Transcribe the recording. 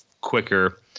quicker